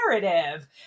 narrative